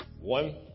One